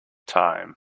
time